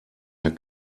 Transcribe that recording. der